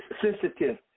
sensitive